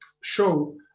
show